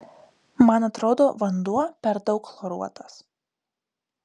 man atrodo vanduo per daug chloruotas